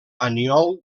aniol